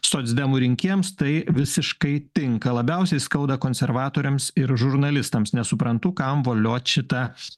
socdemų rinkėjams tai visiškai tinka labiausiai skauda konservatoriams ir žurnalistams nesuprantu kam voliot šitą